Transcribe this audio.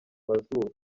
mazuru